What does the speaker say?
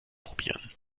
probieren